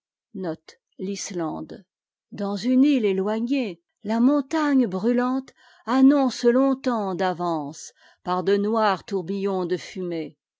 dans une île étoignée ta'montagne brûlante annonce longtemps d'avance par de noirs tour bittbns de fumée